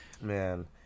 Man